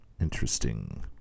Interesting